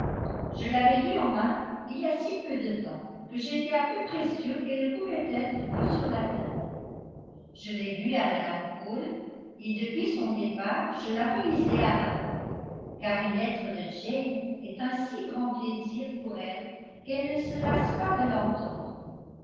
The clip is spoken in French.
je l'avais eue en main il y a si peu de temps que j'étais à peu près sûre qu'elle ne pouvait être que sur la table je l'ai lue à mme cole et depuis son départ je la relisais à ma mère car une lettre de jane est un si grand plaisir pour elle qu'elle ne se lasse pas de l'entendre